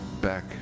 back